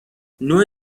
نوع